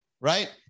right